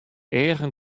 eagen